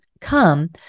come